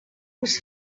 was